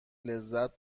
لذت